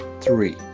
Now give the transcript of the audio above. three